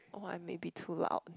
!wah! I maybe too loud